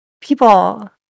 people